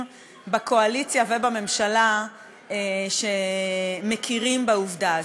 בקואליציה ובממשלה שמכירים בעובדה הזאת.